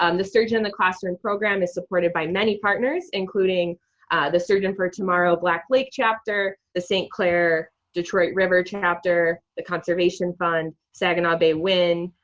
um the sturgeon in the classroom program is supported by many partners, including the sturgeon for tomorrow black lake chapter, the st. clair detroit river chapter, the conservation fund, saginaw bay win,